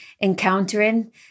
encountering